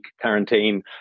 quarantine